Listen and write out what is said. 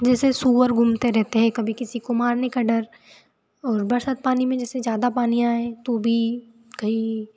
जैसे सुअर घूमते रहते है कभी किसी को मारने का डर और बरसात पानी में जैसे ज़्यादा पानी आए तो भी कई